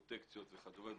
פרוטקציות וכדומה,